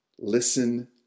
listen